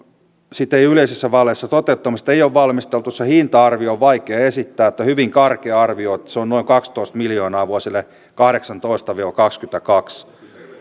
toteuttamista yleisissä vaaleissa ei ole valmisteltu se hinta arvio on vaikea esittää mutta hyvin karkea arvio on että se on noin kaksitoista miljoonaa vuosille kahdeksantoista viiva kaksikymmentäkaksi